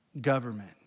government